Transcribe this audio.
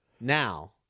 now